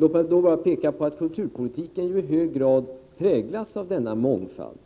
Låt mig då peka på att kulturpolitiken i hög grad präglas av denna mångfald.